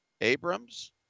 Abrams